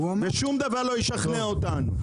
ושום דבר לא ישכנע אותנו.